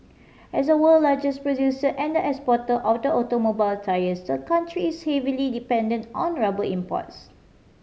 as the world largest producer and exporter of automobile tyres the country is heavily dependent on rubber imports